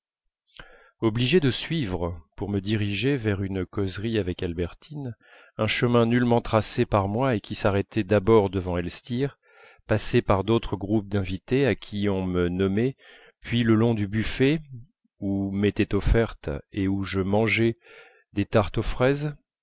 obligé de suivre pour me diriger vers une causerie avec albertine un chemin nullement tracé par moi et qui s'arrêtait d'abord devant elstir passait par d'autres groupes d'invités à qui on me nommait puis le long du buffet où m'étaient offertes et où je mangeais des tartes aux fraises